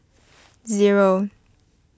zero